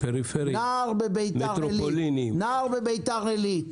נער בביתר עילית,